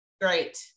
Great